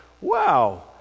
wow